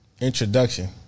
Introduction